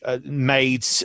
made